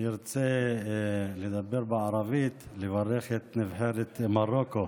אני רוצה לדבר בערבית ולברך את נבחרת מרוקו